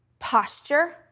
Posture